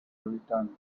return